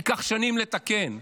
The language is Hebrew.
ייקח שנים לתקן.